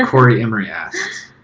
cory emory asks.